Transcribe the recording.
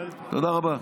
תודה רבה.